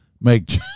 make